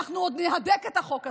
אנחנו עוד נהדק את החוק הזה,